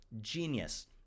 genius